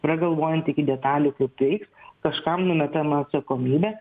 pragalvojant iki detalių kaip veiks kažkam numetama atsakomybė